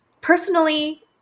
personally